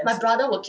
I see